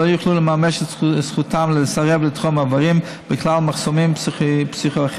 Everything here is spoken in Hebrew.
שלא יוכלו לממש את זכותם לסרב לתרום איברים בגלל מחסומים פסיכו-חברתיים,